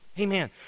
Amen